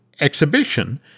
exhibition